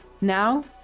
Now